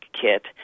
kit